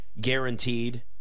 guaranteed